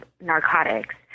narcotics